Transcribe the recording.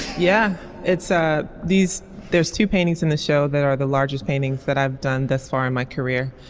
yeah it's ah these there's two paintings in the show that are the largest paintings that i've done thus far in my career.